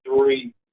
three